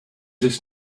this